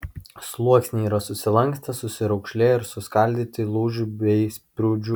sluoksniai yra susilankstę susiraukšlėję ir suskaldyti lūžių bei sprūdžių